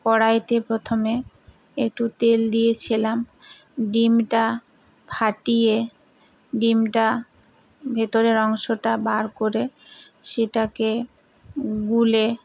কড়াইতে প্রথমে একটু তেল দিয়েছিলাম ডিমটা ফাটিয়ে ডিমটার ভেতরের অংশটা বার করে সেটাকে গুলে